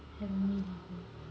செம்மையா:semmayaa